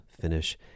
finish